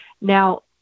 Now